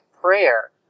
prayer